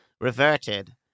reverted